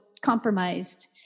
compromised